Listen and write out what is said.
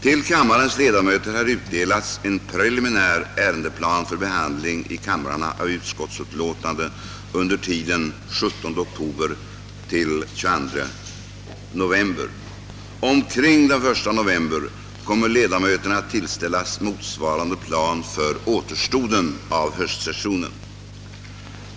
Till kammarens ledamöter har utdelats en preliminär ärendeplan för behandling i kamrarna av utskottsutlåtanden under tiden den 17 oktober—22 no vember. Omkring den 1 november kommer ledamöterna att tillställas motsvarande plan för återstoden av höstsessionen.